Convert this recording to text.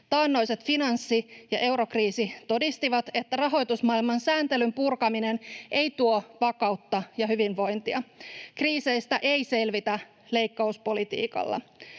Taannoiset finanssi- ja eurokriisi todistivat, että rahoitusmaailman sääntelyn purkaminen ei tuo vakautta ja hyvinvointia. Kriiseistä ei selvitä leikkauspolitiikalla.